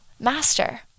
master